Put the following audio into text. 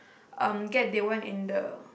um get they want in the